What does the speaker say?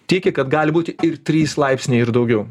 tiki kad gali būti ir trys laipsniai ir daugiau